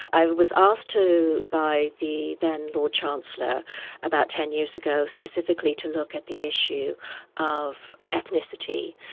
i was asked to by the then lord chancellor about ten years ago, specifically to look at the issue of ethnicity,